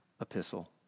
epistle